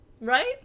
Right